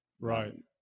Right